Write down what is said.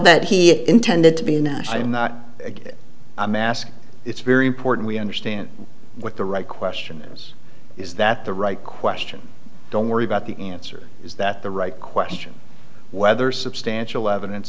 that he intended to be a national not a mask it's very important we understand what the right question was is that the right question don't worry about the answer is that the right question whether substantial evidence